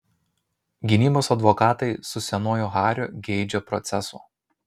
gynybos advokatai su senuoju hariu geidžia proceso